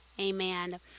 Amen